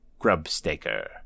Grubstaker